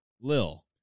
Lil